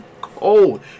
cold